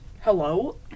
Hello